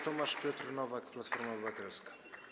Poseł Tomasz Piotr Nowak, Platforma Obywatelska.